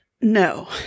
No